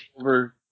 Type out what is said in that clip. over